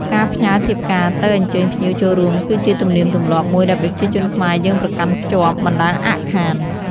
ការផ្ញើធៀបការទៅអញ្ជើញភ្ញៀវចូលរួមគឺជាទំនៀមទម្លាប់មួយដែលប្រជាជនខ្មែរយើងប្រកាន់ខ្ជាប់មិនដែលអាក់ខាន។